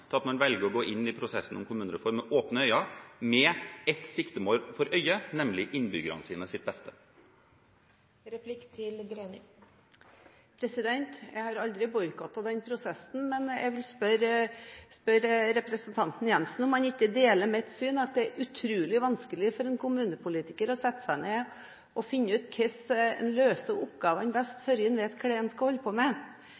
velger å gå inn i prosessen om kommunereform med åpne øyne, med ett siktemål for øye, nemlig innbyggernes beste. Jeg har aldri boikottet den prosessen, men jeg vil spørre representanten Jenssen om han ikke deler mitt syn om at det er utrolig vanskelig for en kommunepolitiker å sette seg ned og finne ut hvordan en løser oppgavene